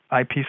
IP